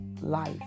life